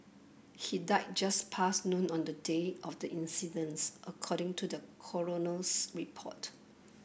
he died just past noon on the day of the incidence according to the coroner's report